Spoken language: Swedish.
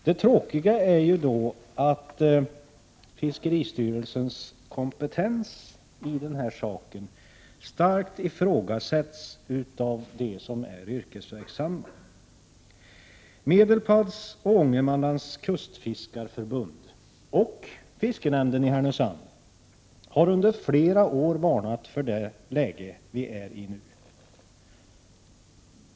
Det tråkiga är ju då att fiskeristyrelsens kompetens i den här saken starkt ifrågasätts av de yrkesverksamma. Medelpads och Ångermanlands kustfiskarförbund och fiskerinämnden i Härnösand har under flera år varnat för det läge vi befinner oss i nu.